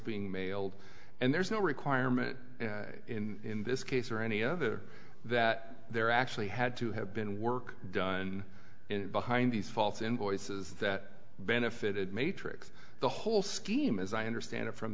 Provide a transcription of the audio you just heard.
being mailed and there's no requirement in this case or any other that there actually had to have been work done behind these false invoices that benefited matrix the whole scheme as i understand it from